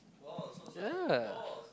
ya